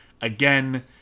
Again